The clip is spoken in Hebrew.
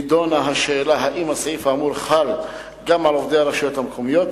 נדונה השאלה אם הסעיף האמור חל גם על עובדי הרשויות המקומיות,